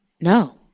No